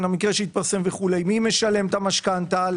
מי משלם את המשכנתא?